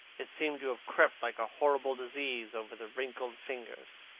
it seemed to have crept like a horrible disease over the wrinkled fingers.